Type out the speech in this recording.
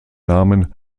namen